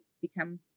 become